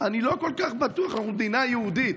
אני לא כל כך בטוח, אנחנו מדינה יהודית.